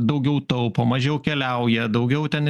daugiau taupo mažiau keliauja daugiau ten